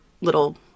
little